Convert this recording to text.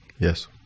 Yes